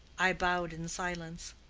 i bowed in silence.